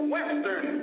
Western